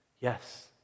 Yes